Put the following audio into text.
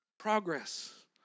Progress